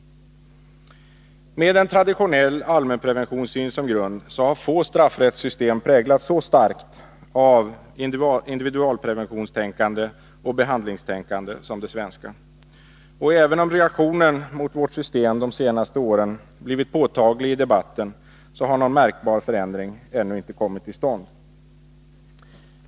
Med en traditionell allmänpreventionssyn som grund har få straffrättssystem präglats så starkt av individualpreventionstänkande och behandlingstänkande som det svenska. Även om reaktionen mot vårt system de senaste åren blivit påtaglig i debatten har någon märkbar förändring ännu inte kommit till stånd.